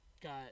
got